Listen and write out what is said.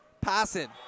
passing